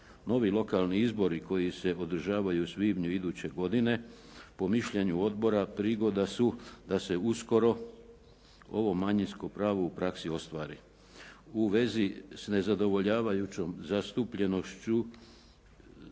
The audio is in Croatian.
Novi lokalni izbori koji se održavaju u svibnju iduće godine, po mišljenju odbora prigoda su da se uskoro ovo manjinsko pravo u praksi ostvari. U vezi sa nedovoljavajućom zastupljenošću